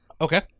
Okay